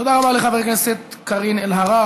תודה רבה לחברת הכנסת קארין אלהרר.